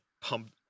pump